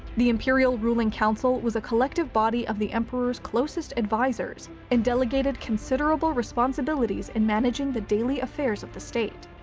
the imperial ruling council was a collective body of the emperor's closest advisors and delegated considerable responsibilities in managing the daily affairs of the state.